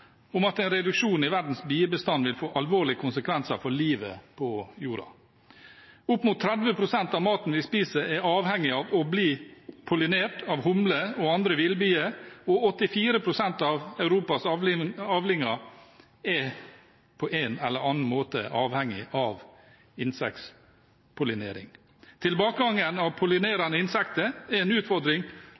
om at en reduksjon i verdens biebestand vil få alvorlige konsekvenser for livet på jorda. Opp mot 30 pst. av maten vi spiser, er avhengig av å bli pollinert av humler og andre villbier, og 84 pst. av Europas avlinger er på en eller annen måte avhengig av insektpollinering. Tilbakegangen av pollinerende insekter er en utfordring